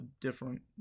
different